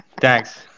Thanks